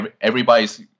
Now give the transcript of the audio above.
Everybody's